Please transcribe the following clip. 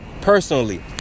personally